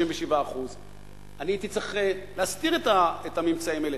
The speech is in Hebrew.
37%. אני הייתי צריך להסתיר את הממצאים האלה.